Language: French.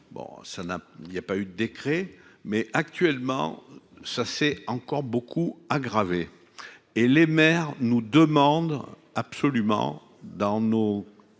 n'a, il y a pas eu décret mais actuellement ça c'est encore beaucoup aggravée et les maires nous demande absolument, dans nos